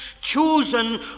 chosen